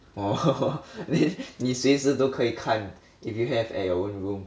orh 你你随时都可以看 if you have at your own room